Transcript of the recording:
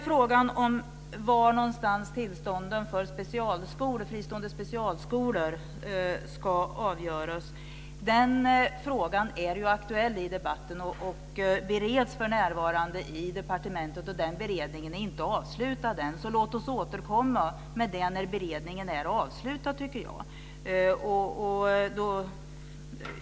Frågan om var tillstånden för fristående specialskolor ska avgöras är aktuell i debatten och bereds för närvarande i departementet. Den beredningen är inte avslutad än. Låt oss återkomma till den frågan när beredningen är avslutad.